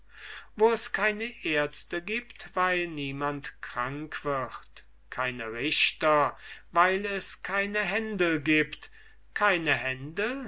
wo es keine ärzte gibt weil niemand krank wird keine richter weil es keine händel gibt keine händel